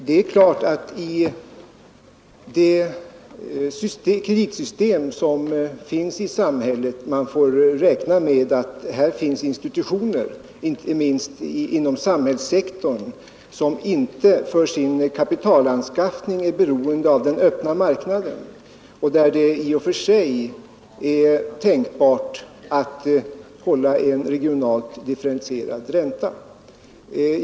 Herr talman! Det är klart att man i det kreditsystem som finns i samhället får räkna med att det finns institutioner, inte minst inom samhällssektorn, som inte för sin kapitalanskaffning är beroende av den öppna marknaden och där det i och för sig är tänkbart att hålla en regionalt differentierad ränta.